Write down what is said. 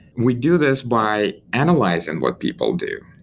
we do this by analyzing what people do,